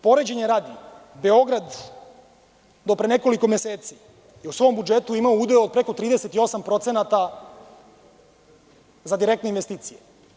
Poređenja radi, Beograd, do pre nekoliko meseci, u svom budžetu je imao udeo od preko 38% za direktne investicije.